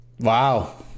Wow